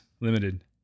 limited